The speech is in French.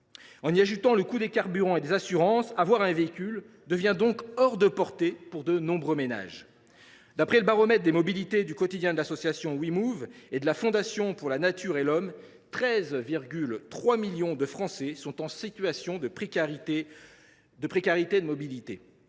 En y ajoutant le coût des carburants et des assurances, avoir un véhicule devient donc hors de portée pour de nombreux ménages. D’après le baromètre des mobilités du quotidien de l’association Wimoov et de la Fondation pour la nature et l’homme, 13,3 millions de Français sont en situation de précarité en matière